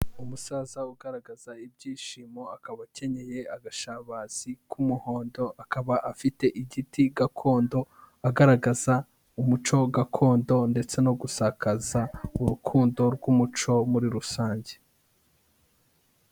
umusaza ugaragaza ibyishimo, akaba akenyeye agashabazi k'umuhondo, akaba afite igiti gakondo, agaragaza umuco gakondo, ndetse no gusakaza urukundo rw'umuco, muri rusange.